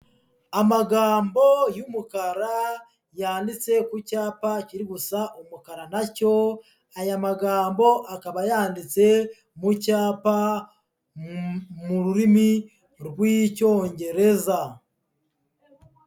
Amagambo y'umukara yanditse ku cyapa kiri gusa umukara na cyo, aya magambo akaba yanditse mu cyapa mu rurimi rw'icyongereza.